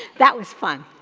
that was fun.